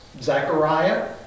Zechariah